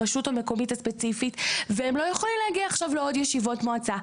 ברשות המקומית הספציפית והם לא יכולים להגיע עכשיו לעוד ישיבות מועצה.